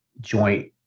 joint